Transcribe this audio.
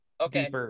Okay